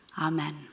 Amen